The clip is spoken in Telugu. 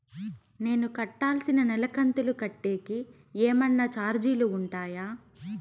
నేను కట్టాల్సిన నెల కంతులు కట్టేకి ఏమన్నా చార్జీలు ఉంటాయా?